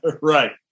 Right